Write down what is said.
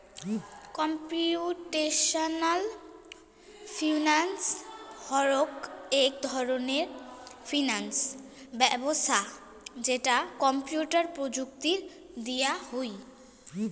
computational finance হউক এক ধরণের ফিনান্স ব্যবছস্থা যেটা কম্পিউটার প্রযুক্তি দিয়া হুই